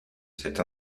cette